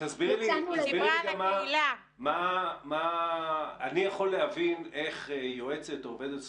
אני יכול להבין איך יועצת, עובדת סוציאלית,